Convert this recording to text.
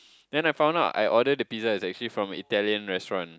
then I found out I order the pizza is actually from Italian restaurant